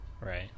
right